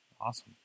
Awesome